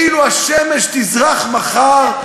כאילו השמש תזרח מחר,